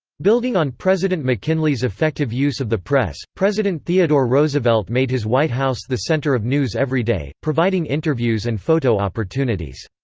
building on president mckinley's effective use of the press, president theodore roosevelt made his white house the center of news every day, providing interviews and photo opportunities.